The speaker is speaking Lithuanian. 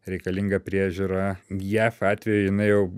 reikalinga priežiūra jav atveju jinai jau